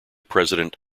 president